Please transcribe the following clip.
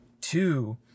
Two